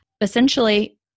essentially